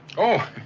oh.